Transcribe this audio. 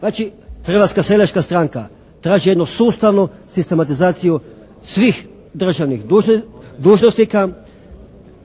Znači, Hrvatska seljačka stranka traži jednu sustavu sistematizaciju svih državnih dužnosnika